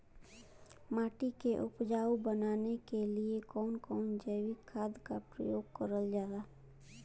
माटी के उपजाऊ बनाने के लिए कौन कौन जैविक खाद का प्रयोग करल जाला?